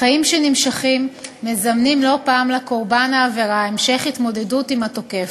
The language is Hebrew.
החיים שנמשכים מזמנים לא פעם לקורבן העבירה המשך התמודדות עם התוקף.